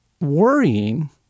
worrying